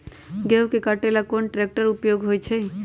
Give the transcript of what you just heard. गेंहू के कटे ला कोंन ट्रेक्टर के उपयोग होइ छई?